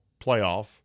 playoff